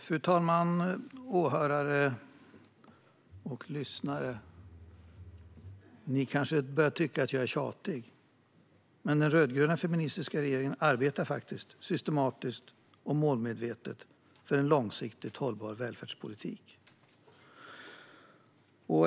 Fru talman, åhörare och lyssnare! Ni börjar kanske tycka att jag är tjatig. Men den rödgröna feministiska regeringen arbetar faktiskt systematiskt och målmedvetet för en långsiktigt hållbar välfärdspolitik.